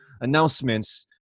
announcements